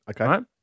Okay